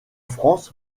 france